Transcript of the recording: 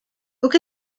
look